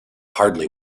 hardly